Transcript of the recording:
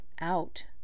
out